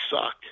sucked